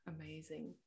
amazing